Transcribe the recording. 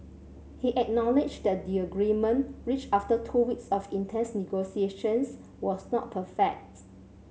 he acknowledged that the agreement reached after two weeks of intense negotiations was not perfects